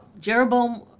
Jeroboam